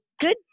Good